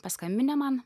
paskambinę man